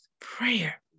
prayer